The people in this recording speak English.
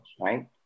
right